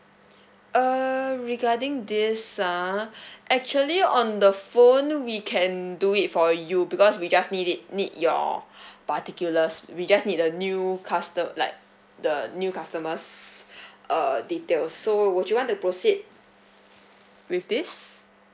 err regarding this ah actually on the phone we can do it for you because we just need it need your particulars we just need a new custo~ like the new customer's err details so would you want to proceed with this